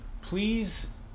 Please